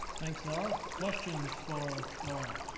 thank you. laurel. questions for laurel?